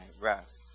rest